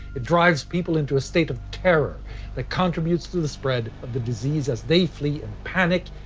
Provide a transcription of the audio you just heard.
it drives people into a state of terror that contributes to the spread of the disease as they flee in panic,